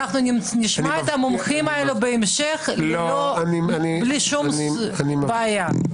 נשמע את המומחים האלה בהמשך בלי שום בעיה,